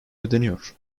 ödeniyor